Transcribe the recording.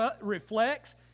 reflects